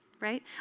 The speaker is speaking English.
right